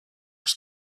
with